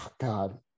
God